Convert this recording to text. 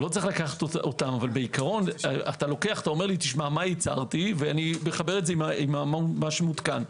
אתה אומר מה ייצרתי ואני מחבר עם מה שעודכן.